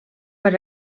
per